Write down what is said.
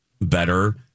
better